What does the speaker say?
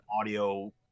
audio